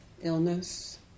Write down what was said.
illness